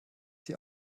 die